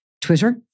Twitter